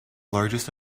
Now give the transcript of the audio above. largest